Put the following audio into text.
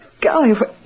Golly